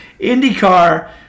indycar